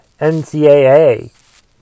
NCAA